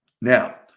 Now